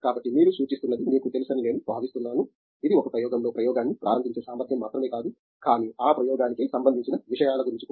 కాబట్టి మీరు సూచిస్తున్నది మీకు తెలుసని నేను భావిస్తున్నాను ఇది ఒక ప్రయోగంలో ప్రయోగాన్ని ప్రారంభించే సామర్ధ్యం మాత్రమే కాదు కానీ ఆ ప్రయోగానికి సంబంధించిన విషయాల గురించి కూడా